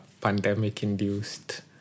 pandemic-induced